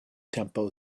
tempo